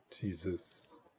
Jesus